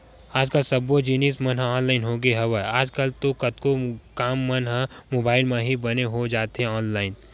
आज कल सब्बो जिनिस मन ह ऑनलाइन होगे हवय, आज कल तो कतको काम मन ह मुबाइल म ही बने हो जाथे ऑनलाइन